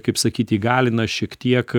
kaip sakyt įgalina šiek tiek